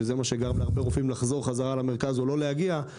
שזה מה שגרם להרבה רופאים לחזור חזרה למרכז או לא להגיע,